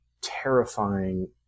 terrifying